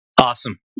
Awesome